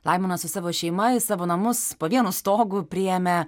laimonas su savo šeima į savo namus po vienu stogu priėmė